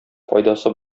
файдасы